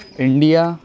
India